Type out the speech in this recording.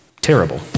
terrible